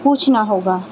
پوچھنا ہوگا